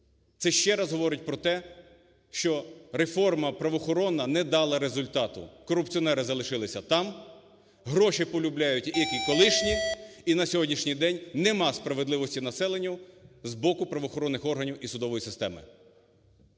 Це ще раз говорить про те, що реформа правоохоронна не дала результату. Корупціонери залишилися там, гроші полюбляють як і колишні, і на сьогоднішній день нема справедливості населенню з боку правоохоронних органів і судової системи.